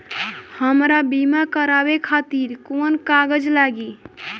हमरा बीमा करावे खातिर कोवन कागज लागी?